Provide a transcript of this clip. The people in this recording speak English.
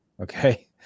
Okay